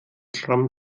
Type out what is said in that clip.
schrammen